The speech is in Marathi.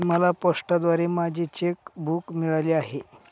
मला पोस्टाद्वारे माझे चेक बूक मिळाले आहे